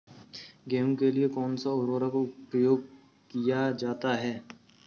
गेहूँ के लिए कौनसा उर्वरक प्रयोग किया जाता है?